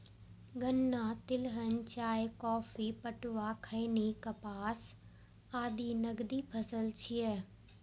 गन्ना, तिलहन, चाय, कॉफी, पटुआ, खैनी, कपास आदि नकदी फसल छियै